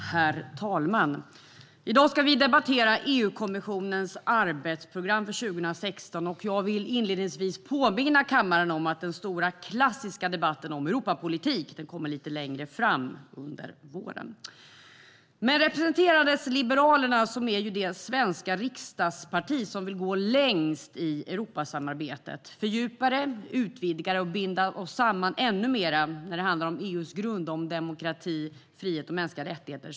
STYLEREF Kantrubrik \* MERGEFORMAT Kommissionens arbetsprogram 2016Liberalerna är det svenska riksdagsparti som vill gå längst i Europasamarbetet genom att fördjupa, utvidga och binda oss samman ännu mer när det handlar om EU:s grunder i fråga om demokrati, frihet och mänskliga rättigheter.